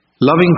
Loving